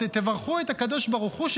תברכו את הקדוש ברוך הוא,